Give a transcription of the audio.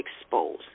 expose